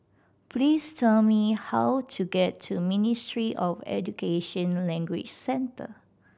please tell me how to get to Ministry of Education Language Centre